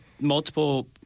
multiple